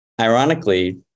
Ironically